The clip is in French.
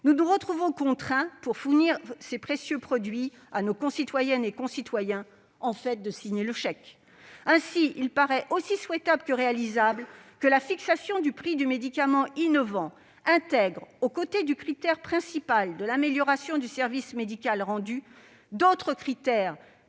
nous nous retrouvons contraints, pour fournir ces précieux produits à nos concitoyennes et concitoyens, de signer le chèque. Ainsi, il paraît aussi souhaitable que réalisable que la fixation du prix du médicament innovant intègre, aux côtés du critère principal de l'amélioration du service médical rendu, d'autres critères